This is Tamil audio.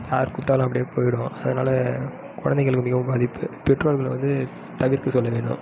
யார் கூப்பிட்டாலும் அப்படியே போய்டும் அதனால் குழந்தைகளுக்கு மிகவும் பாதிப்பு பெற்றோர்களை வந்து தவிர்க்க சொல்ல வேணும்